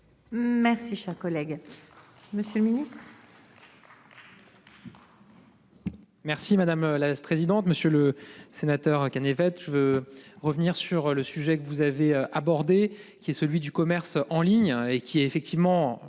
Merci cher collègue. Monsieur le Ministre.